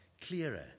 clearer